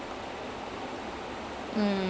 eh that sounds nice I want some